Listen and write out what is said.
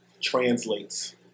translates